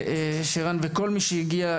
של שירין, של ברכיה ושל כל מי שהשתתף.